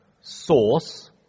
source